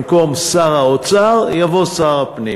במקום "שר האוצר" יבוא "שר הפנים".